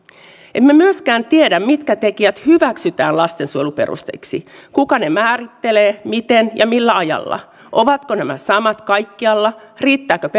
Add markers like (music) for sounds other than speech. emme myöskään tiedä mitkä tekijät hyväksytään lastensuojeluperusteiksi kuka ne määrittelee miten ja millä ajalla ovatko nämä samat kaikkialla riittääkö (unintelligible)